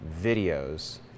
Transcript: videos